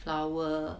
flower